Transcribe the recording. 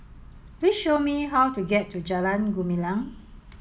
please show me how to get to Jalan Gumilang